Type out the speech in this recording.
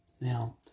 Now